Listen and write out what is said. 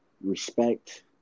respect